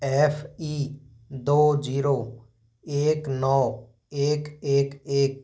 F E दो zero एक नौ एक एक एक